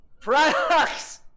Products